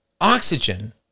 oxygen